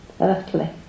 earthly